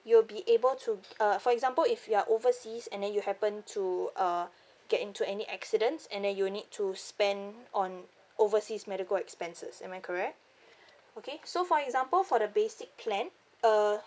you'll be able to uh for example if you're overseas and then you happen to uh get into any accidents and then you'll need to spend on overseas medical expenses am I correct okay so for example for the basic plan uh